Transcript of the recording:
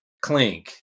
clink